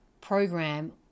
program